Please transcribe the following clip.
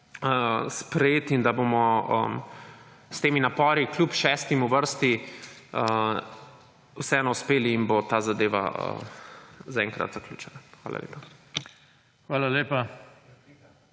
sprejet in da bomo s temi napori kljub šestim v vrsti, vseeno uspeli in bo ta zadeva zaenkrat zaključena. Hvala lepa.